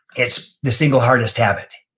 it's the single, hardest habit.